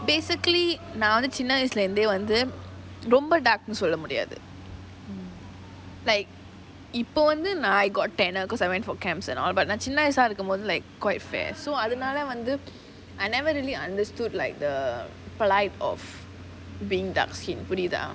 basically நான் வந்து சின்ன வயசுலேந்தே வந்து ரொம்ப:naan vanthu chinna vayasulanthae vanthu romba dark சொல்ல முடியாது:solla mudiyaathu like இப்போ வந்து:ippo vanthu I got tanner because I went for camps and all நான் சின்ன வயசா இருக்கும் போது:naan chinna vayasaa irukum pothu like quite fair so அதுனால வந்து:athunaala vanthu I never really understood like the plight of being dark skinned புரிந்த:puritha